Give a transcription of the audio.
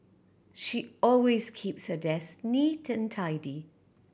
she always keeps her desk neat and tidy